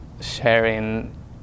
sharing